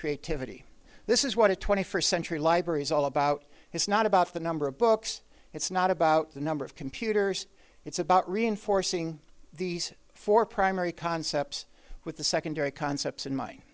creativity this is what a twenty first century library is all about it's not about the number of books it's not about the number of computers it's about reinforcing these four primary concepts with the secondary concepts in m